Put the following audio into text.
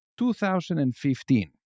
2015